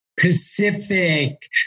Pacific